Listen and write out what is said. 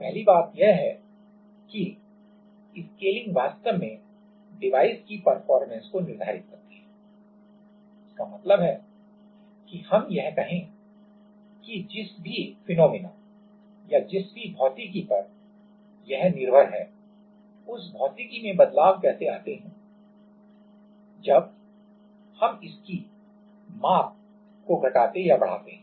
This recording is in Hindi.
पहली बात यह है कि स्केलिंग वास्तव में डिवाइस की परफॉर्मेंस को निर्धारित करती है इसका मतलब है कि हम यह कहें कि जिस भी फिनोमिना या जिस भी भौतिकी पर यह निर्भर है उस भौतिकी में बदलाव कैसे आते हैं जब हम इसकी माप को घटाते या बढ़ाते हैं